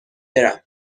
برم